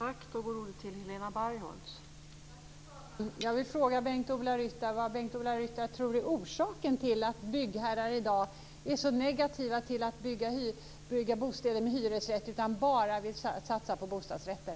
Fru talman! Vad tror Bengt-Ola Ryttar är orsaken till att byggherrar i dag är så negativa till att bygga bostäder med hyresrätt utan bara vill satsa på bostadsrätter?